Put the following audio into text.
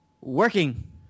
working